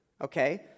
okay